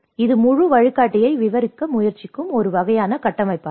இது முழு வழிகாட்டியை விவரிக்க முயற்சிக்கும் ஒரு வகையான கட்டமைப்பாகும்